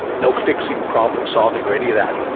no fixing problem solving or any of that,